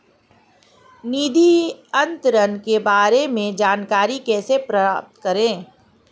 निधि अंतरण के बारे में जानकारी कैसे प्राप्त करें?